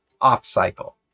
off-cycle